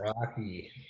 Rocky